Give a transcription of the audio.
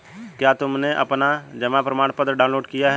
क्या तुमने अपना जमा प्रमाणपत्र डाउनलोड किया है?